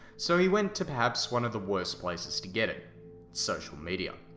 so, he went to perhaps one of the worst places to get it social media.